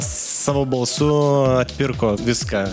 savo balsu atpirko viską